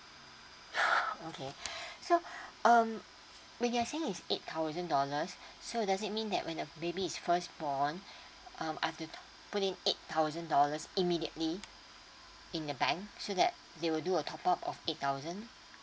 okay so um when you're saying it's eight thousand dollars so does it mean that when the baby is first born um I've to put it eight thousand dollars immediately in the bank so that they will do a top up of eight thousand